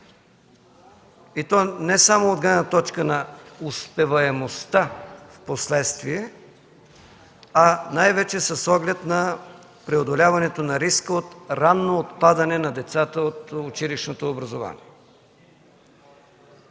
и то не само от гледна точка на успеваемостта впоследствие, а най-вече с оглед на преодоляването на риска от ранно отпадане на децата от училищното образование.